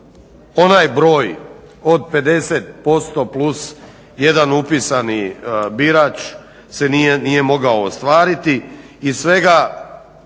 onaj broj od 50%+1 upisani birač se nije moglo ostvariti